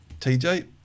TJ